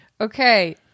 Okay